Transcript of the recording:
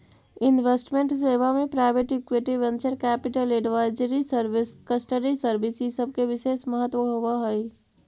investment सेवा में private equity, venture capital, advisory service, custody service इ सब के विशेष महत्व होवऽ हई